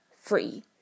free